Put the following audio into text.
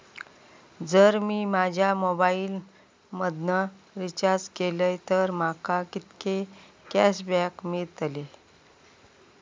जर मी माझ्या मोबाईल मधन रिचार्ज केलय तर माका कितके कॅशबॅक मेळतले?